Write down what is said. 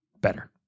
better